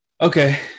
Okay